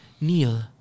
Neil